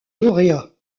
lauréats